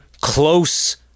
close